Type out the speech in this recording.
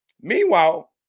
Meanwhile